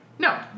No